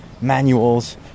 manuals